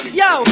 yo